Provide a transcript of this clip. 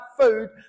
food